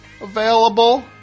available